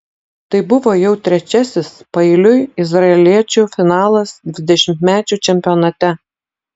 tai buvo jau trečiasis paeiliui izraeliečių finalas dvidešimtmečių čempionate